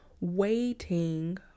waiting